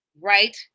right